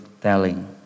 telling